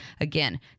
again